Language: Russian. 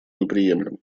неприемлем